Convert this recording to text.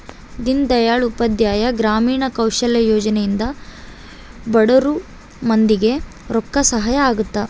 ದೀನ್ ದಯಾಳ್ ಉಪಾಧ್ಯಾಯ ಗ್ರಾಮೀಣ ಕೌಶಲ್ಯ ಯೋಜನೆ ಇಂದ ಬಡುರ್ ಮಂದಿ ಗೆ ರೊಕ್ಕ ಸಹಾಯ ಅಗುತ್ತ